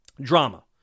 Drama